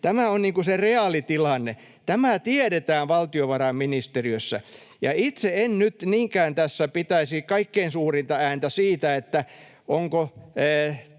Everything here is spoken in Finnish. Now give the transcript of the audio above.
Tämä on se reaalitilanne. Tämä tiedetään valtiovarainministeriössä. Itse en nyt niinkään tässä pitäisi kaikkein suurinta ääntä siitä, ollaanko